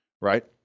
right